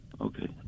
Okay